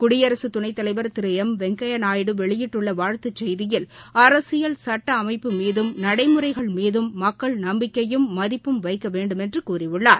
குடியரசுத் துணைத்தலைவர் திரு எம் வெங்கையா நாயுடு வெளியிடுள்ள வாழ்த்துச் செய்தியில் அரசியல் சுட்ட அமைப்புகள் மீதும் நடைமுறைகள் மீதும் மக்கள் நம்பிக்கையும் மதிப்பும் வைக்க வேண்டுமென்று கூறியுள்ளார்